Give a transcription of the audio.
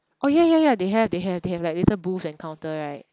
oh ya ya ya they have they have they have like little booths and counter right